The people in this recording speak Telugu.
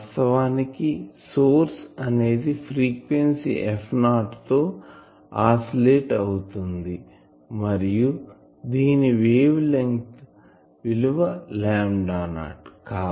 వాస్తవానికి సోర్స్ అనేది ఫ్రీక్వెన్సీ f0 తో ఆసిలేట్ అవుతుంది మరియు దీని వేవ్ లెంగ్త్ విలువ 0